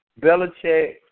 Belichick